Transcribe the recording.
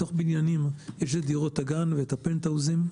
בתוך בניינים יש את דירות הגן ואת הפנטהאוזים,